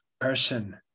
person